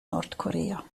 nordkorea